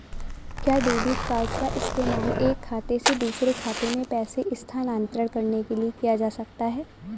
क्या debit card का इस्तेमाल एक खाते से दूसरे खाते में पैसे स्थानांतरण करने के लिए किया जा सकता है?